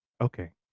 okay